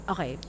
Okay